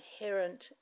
inherent